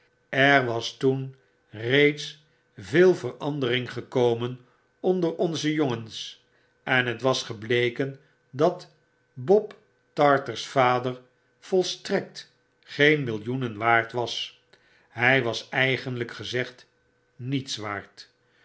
er was toen reeds veel verandering gekomen onder onze jongens en het was gebleken dat bob tarter's vader volstrekt geen millioenen waard was hjj was eigenlp gezegd niets waard